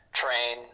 train